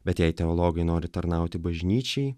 bet jei teologai nori tarnauti bažnyčiai